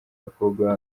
abakobwa